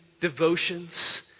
devotions